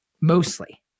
mostly